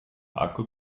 akku